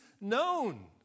known